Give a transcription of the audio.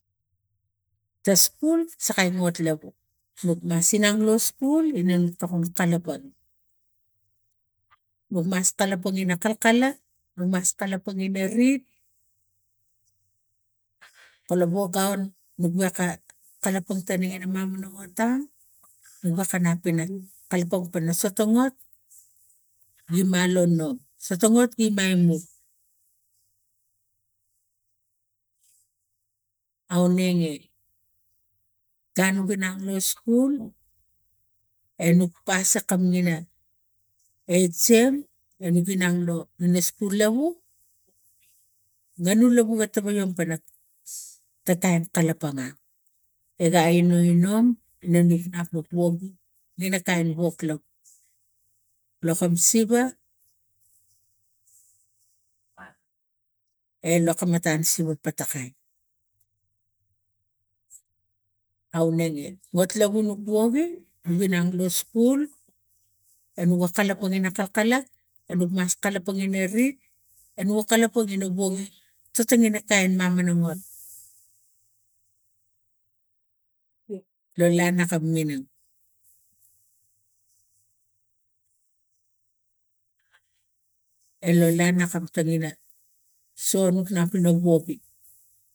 Ta skul sakai ngot kliau nok mas ina lo skul ina nok tok lo kalapang nok mas kalapang ina kalkala nok mas kakpang in a rid kalapang tane na mamanomota no wogarup pina kalapang pana sotongot gima lo nu sotongot gima i mu aunege gun nu ginang lo skul enuk pas akam pina exam e nu gi nong lo skul iou nganu to kain kalapang hat a gainaine inung ina nuk nape woge ina kain wok iav. Lo kam siva e lokon etang ka siva aunege ngot lav not no ginang lo skul e no gi kalapang ina rid e nogi kalapang ina woge sotonge kain mamanomot lo lana kam minang e lo lana kam tamina so nuk nap pina woge